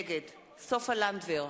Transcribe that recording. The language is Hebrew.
נגד סופה לנדבר,